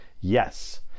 yes